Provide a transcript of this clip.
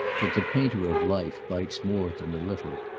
that the painter of life bites more than a little.